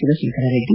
Shivashankar Reddy